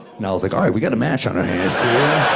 and i was like, all right, we got a match on our hands here.